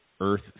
earth